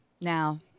Now